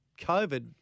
COVID